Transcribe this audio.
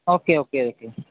okay okay okay